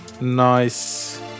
nice